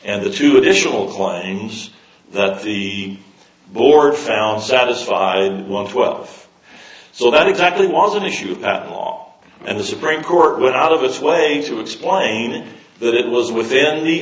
and the two additional claims that the board found satisfied one twelve so that exactly was an issue that law and the supreme court would out of this way to explain that it was within the